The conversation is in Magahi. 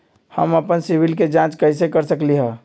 हम अपन सिबिल के जाँच कइसे कर सकली ह?